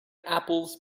apples